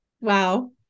Wow